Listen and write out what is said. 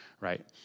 right